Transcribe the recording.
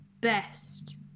best